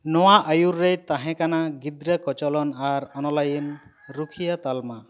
ᱱᱚᱣᱟ ᱟᱭᱩᱨ ᱨᱮᱭ ᱛᱟᱦᱮᱸ ᱠᱟᱱᱟ ᱜᱤᱫᱽᱨᱟᱹ ᱠᱚᱪᱚᱞᱚᱱ ᱟᱨ ᱚᱱᱚᱞᱟᱭᱤᱱ ᱨᱩᱠᱷᱤᱭᱟᱹ ᱛᱟᱞᱢᱟ